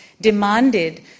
demanded